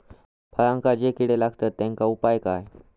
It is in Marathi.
फळांका जो किडे लागतत तेनका उपाय काय?